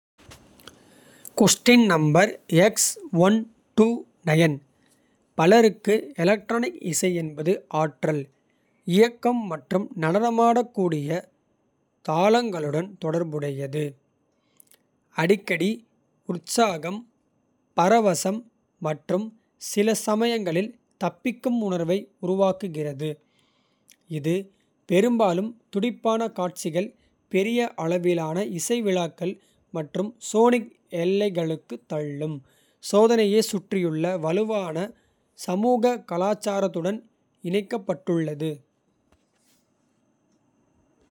பலருக்கு எலக்ட்ரானிக் இசை என்பது ஆற்றல். இயக்கம் மற்றும் நடனமாடக்கூடிய தாளங்களுடன். தொடர்புடையது அடிக்கடி உற்சாகம். பரவசம் மற்றும் சில சமயங்களில் தப்பிக்கும் உணர்வை. உருவாக்குகிறது இது பெரும்பாலும் துடிப்பான காட்சிகள். பெரிய அளவிலான இசை விழாக்கள் மற்றும் சோனிக் எல்லைகளைத். தள்ளும் சோதனையைச் சுற்றியுள்ள வலுவான சமூக கலாச்சாரத்துடன். இணைக்கப்பட்டுள்ளது.